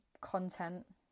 content